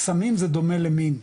סמים זה דומה למין,